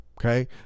okay